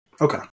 Okay